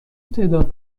تعداد